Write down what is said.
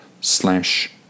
slash